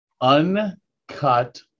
uncut